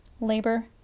labor